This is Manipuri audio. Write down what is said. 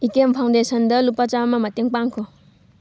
ꯏꯀꯦꯝ ꯐꯥꯎꯟꯗꯦꯁꯟꯗ ꯂꯨꯄꯥ ꯆꯥꯝꯃ ꯃꯇꯦꯡ ꯄꯥꯡꯈꯣ